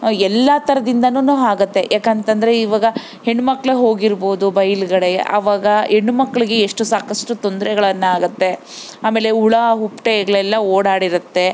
ಎಲ್ಲ ಥರದಿಂದನು ಆಗತ್ತೆ ಯಾಕಂತಂದರೆ ಇವಾಗ ಹೆಣ್ಮಕ್ಕಳೆ ಹೋಗಿರ್ಬೋದು ಬಯಲ್ಕಡೆಗೆ ಆವಾಗ ಹೆಣ್ಣು ಮಕ್ಕಳಿಗೆ ಎಷ್ಟು ಸಾಕಷ್ಟು ತೊಂದರೆಗಳನ್ನಾಗತ್ತೆ ಆಮೇಲೆ ಹುಳ ಹುಪ್ಟೆಗ್ಳೆಲ್ಲ ಓಡಾಡಿರುತ್ತೆ